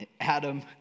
Adam